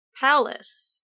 palace